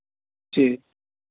जी